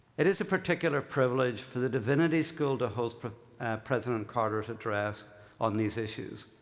it is a particular privilege for the divinity school to host president carter's address on these issues.